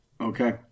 Okay